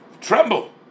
tremble